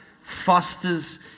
fosters